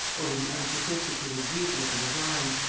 over the unsophisticated beauty of the design,